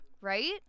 Right